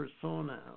persona